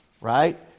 right